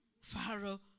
Pharaoh